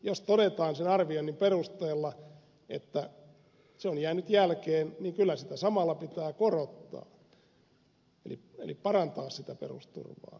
jos todetaan sen arvioinnin perusteella että se on jäänyt jälkeen niin kyllä sitä samalla pitää korottaa eli parantaa sitä perusturvaa